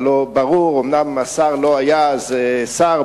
אומנם השר לא היה אז שר,